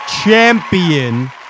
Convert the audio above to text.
champion